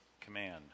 command